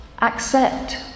accept